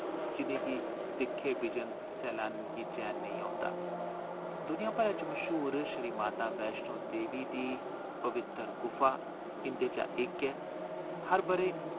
जि'नें गी दिक्खै बिजन सैलानी गी चैन निं औंदा दुनिया भरै च मश्हूर श्री माता वैश्णों देवी दी पवित्र गुफा इंदे चा इक ऐ हर ब'रे